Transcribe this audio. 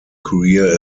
career